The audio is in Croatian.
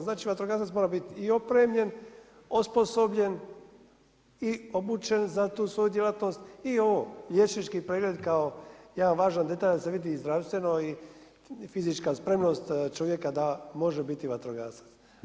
Znači vatrogasac mora biti i opremljen, osposobljen i obučen za tu svoju djelatnost i ovo, liječnički pregled kao jedan važan detalj, da se vidi i zdravstvena i fizička spremnost čovjeka da može biit vatrogasac.